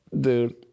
dude